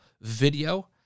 video